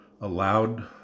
allowed